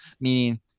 meaning